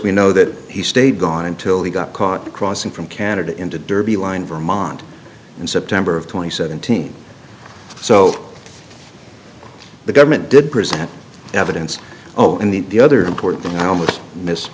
we know that he stayed gone until he got caught crossing from canada into derby line vermont in september of twenty seventeen so the government did present evidence oh and the the other important thing now much missed